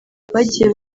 bagiye